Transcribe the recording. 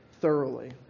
thoroughly